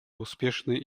успешные